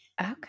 Okay